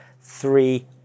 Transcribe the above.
three